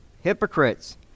hypocrites